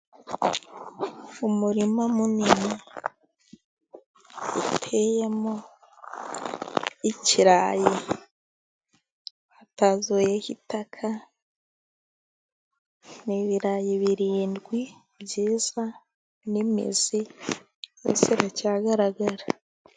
Umurima munini uteyemo ikirayi. Batazuyeho itaka. Ni ibirayi birindwi byiza, n'imizi byose biracyagaragara.